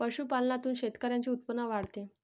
पशुपालनातून शेतकऱ्यांचे उत्पन्न वाढते